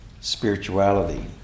spirituality